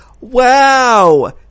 Wow